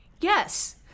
Yes